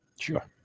Sure